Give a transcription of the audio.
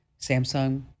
Samsung